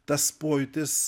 tas pojūtis